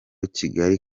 kigali